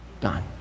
done